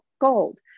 gold